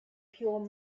pure